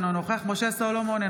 אינו נוכח משה סולומון,